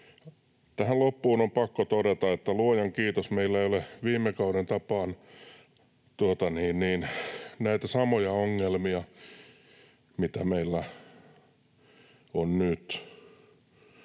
Tähän loppuun on pakko todeta, että luojan kiitos, meillä ei ole viime kauden tapaan näitä samoja ongelmia, mitä meillä on nyt.